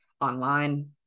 online